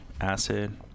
Acid